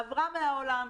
עברה מן העולם,